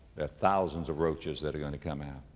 thousands of roaches that are gonna come out.